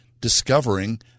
discovering